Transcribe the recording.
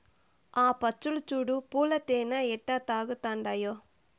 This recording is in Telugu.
ఆ పచ్చులు చూడు పూల తేనె ఎట్టా తాగతండాయో